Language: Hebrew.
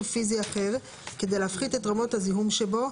פיזי אחר כדי להפחית את רמות הזיהום שבו,